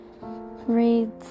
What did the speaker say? reads